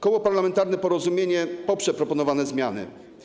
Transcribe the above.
Koło Parlamentarne Porozumienie poprze proponowane zmiany.